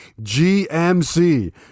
GMC